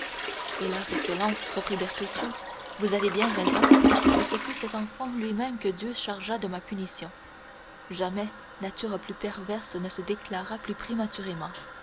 hélas excellence reprit bertuccio vous avez bien raison et ce fut cet enfant lui-même que dieu chargea de ma punition jamais nature plus perverse ne se déclara plus prématurément